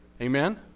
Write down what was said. Amen